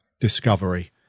discovery